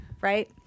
right